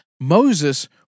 Moses